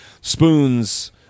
Spoons